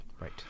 Right